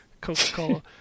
Coca-Cola